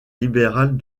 libérale